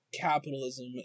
capitalism